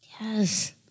yes